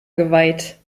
geweiht